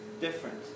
different